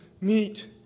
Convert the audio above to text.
meet